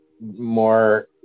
more